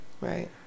Right